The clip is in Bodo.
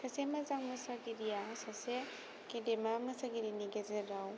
सासे मोजां मोसागिरिया सासे गेदेमा मोसागिरिनि गेजेराव